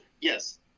yes